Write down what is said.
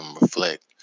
reflect